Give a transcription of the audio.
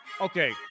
Okay